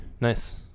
Nice